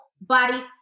body